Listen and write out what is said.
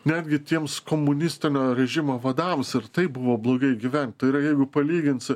netgi tiems komunistinio režimo vadams ir tai buvo blogai gyvent tai yra jeigu palyginsi